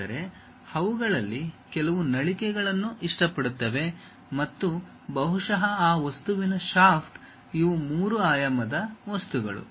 ಆದರೆ ಅವುಗಳಲ್ಲಿ ಕೆಲವು ನಳಿಕೆಗಳನ್ನು ಇಷ್ಟಪಡುತ್ತವೆ ಮತ್ತು ಬಹುಶಃ ಆ ವಸ್ತುವಿನ ಶಾಫ್ಟ್ ಇವು ಮೂರು ಆಯಾಮದ ವಸ್ತುಗಳು